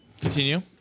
Continue